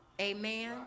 amen